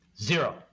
Zero